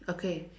okay